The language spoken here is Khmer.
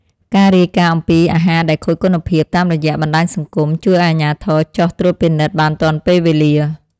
ការរាយការណ៍អំពីអាហារដែលខូចគុណភាពតាមរយៈបណ្តាញសង្គម ជួយឱ្យអាជ្ញាធរចុះត្រួតពិនិត្យបានទាន់ពេលវេលា។